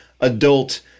adult